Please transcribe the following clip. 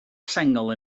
sengl